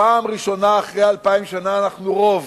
פעם ראשונה אחרי 2,000 שנה אנחנו רוב,